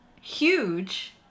huge